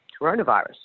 coronavirus